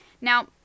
Now